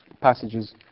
passages